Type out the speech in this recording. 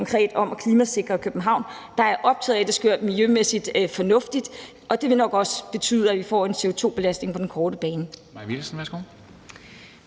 om at klimasikre København. Der er jeg optaget af, at det skal være miljømæssigt fornuftigt, og det vil nok også betyde, at vi får en CO2-belastning på den korte bane.